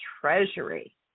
treasury